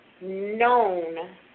known